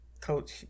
Coach